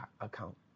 account